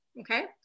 okay